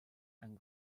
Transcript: and